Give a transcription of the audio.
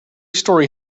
story